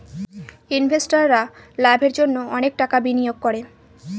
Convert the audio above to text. ইনভেস্টাররা লাভের জন্য অনেক টাকা বিনিয়োগ করে